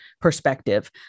perspective